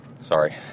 Sorry